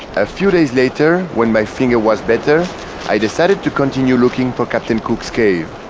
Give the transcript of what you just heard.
a few days later, when my finger was better i decided to continue looking for captain cook's cave.